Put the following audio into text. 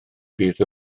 bydd